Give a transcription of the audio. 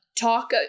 Talk